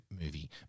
movie